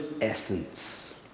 essence